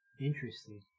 interesting